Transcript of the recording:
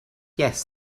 yes